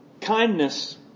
Kindness